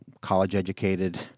college-educated